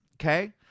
okay